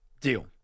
deal